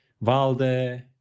Valde